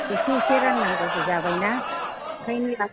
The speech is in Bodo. एसे एसे राननांगौबो जाबायना बेनिखायनो